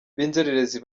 b’inzererezi